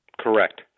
Correct